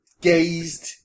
gazed